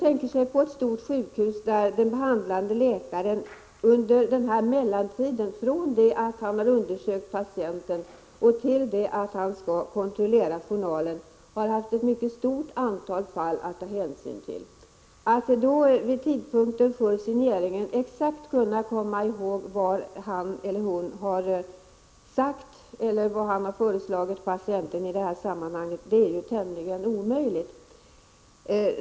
Men på stora sjukhus kan den behandlande läkaren under mellantiden — från det att han undersökt patienten och till dess att han skall kontrollera journalen — ha haft ett mycket stort antal fall, och att då vid tidpunkten för signeringen exakt komma ihåg vad han eller hon sagt eller föreslagit patienten är tämligen omöjligt.